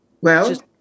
Well-